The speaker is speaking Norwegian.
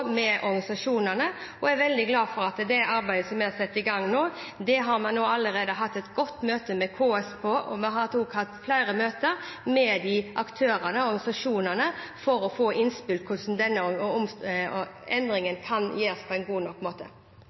med de ansatte og organisasjonene. Jeg er veldig glad for at man i det arbeidet som vi har satt i gang, allerede nå har hatt et godt møte med KS, og vi har også hatt flere møter med aktørene og organisasjonene for å få innspill til hvordan denne endringen kan gjøres på en god nok måte.